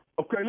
Okay